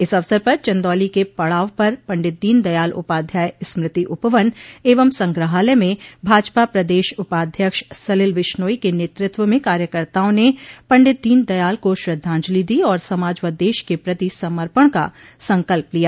इस अवसर पर चन्दौली के पड़ाव पर पंडित दीन दयाल उपाध्याय स्मृति उपवन एवं संग्रहालय में भाजपा प्रदश उपाध्यक्ष सलिल विश्नोई के नेतृत्व में कायकर्ताओं ने पंडित दीन दयाल को श्रद्वाजंलि दी और समाज व देश के प्रति समर्पण का संकल्प लिया